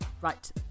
right